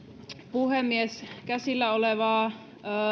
puhemies käsillä olevaa